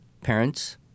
parents